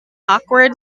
awkward